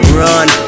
run